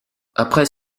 après